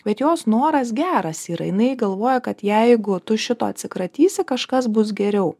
bet jos noras geras yra jinai galvoja kad jeigu tu šito atsikratysi kažkas bus geriau